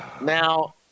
Now